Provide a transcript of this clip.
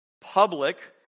public